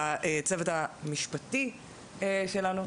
הצוות המשפטי שלנו,